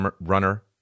Runner